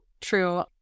true